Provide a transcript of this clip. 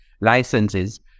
licenses